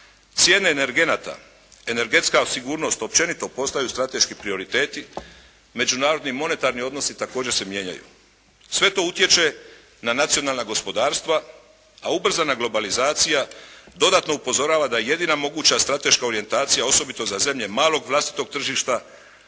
cijene energenata, energetska sigurnost općenito postaju strateški prioriteti, međunarodni monetarni odnosi također se mijenjaju. Sve to utječe na nacionalna gospodarstva a ubrzana globalizacija dodatno upozorava da je jedina moguća strateška orijentacija osobito za zemlje malog vlastitog tržišta